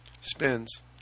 spins